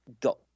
got